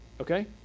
Okay